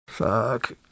Fuck